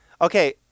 Okay